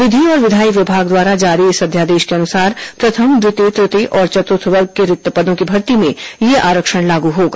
विधि और विधायी विभाग द्वारा जारी इस अध्यादेश के अनुसार प्रथम द्वितीय तृतीय और चतुर्थ वर्ग के रिक्त पदों की भर्ती में यह आरक्षण लागू होगा